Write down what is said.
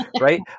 Right